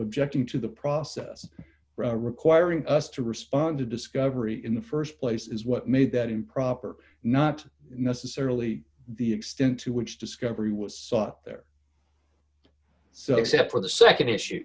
objecting to the process requiring us to respond to discovery in the st place is what made that improper not necessarily the extent to which discovery was saw there so except for the nd issue